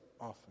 often